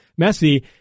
Messi